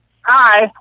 Hi